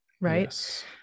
right